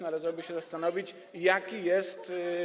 Należałoby się zastanowić, jaki jest.